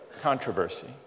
controversy